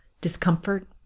Discomfort